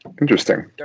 Interesting